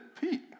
Pete